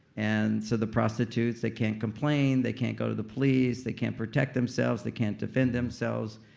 and so the prostitutes they can't complain. they can't go to the police. they can't protect themselves. they can't defend themselves.